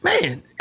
man